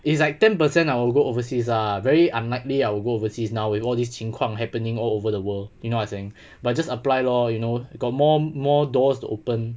it's like ten percent I will go overseas lah very unlikely I will go overseas now with all these 情况 happening all over the world you know what I'm saying but just apply lor you know got more more doors to open